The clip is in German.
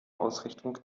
ausrichtung